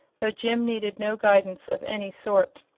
though jim needed no guidance of any sort.